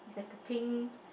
it's like a pink